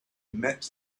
met